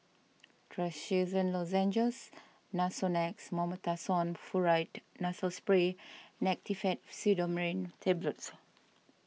Trachisan Lozenges Nasonex Mometasone Furoate Nasal Spray and Actifed Pseudoephedrine Tablets